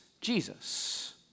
Jesus